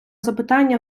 запитання